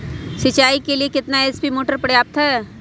सिंचाई के लिए कितना एच.पी मोटर पर्याप्त है?